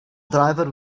driver